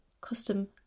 custom